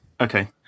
Okay